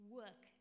work